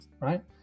right